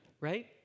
Right